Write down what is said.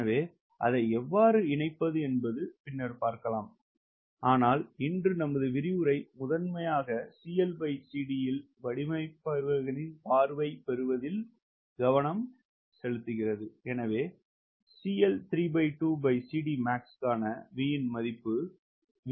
எனவே அதை எவ்வாறு இணைப்பது என்று பின்னர் பார்ப்போம் ஆனால் இன்று நமது விரிவுரை முதன்மையாக CLCD இல் வடிவமைப்பாளரின் பார்வையைப் பெறுவதில் கவனம் செலுத்துகிறது